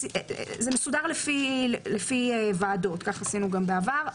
זה מסודר לפי ועדות, כך עשינו גם בעבר.